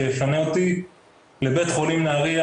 שיפנה אותי לבית חולים נהריה,